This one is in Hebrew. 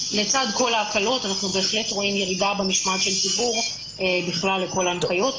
לצד כל ההקלות אנחנו בהחלט רואים ירידה במשמעת של הציבור לכל ההנחיות,